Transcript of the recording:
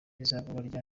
izamurwa